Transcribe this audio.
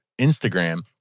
Instagram